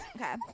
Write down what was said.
Okay